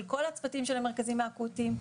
עם כל הצוותים של המרכזים האקוטיים,